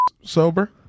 sober